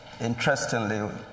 interestingly